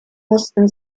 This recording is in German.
mussten